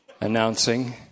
announcing